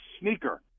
sneaker